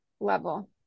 level